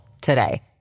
today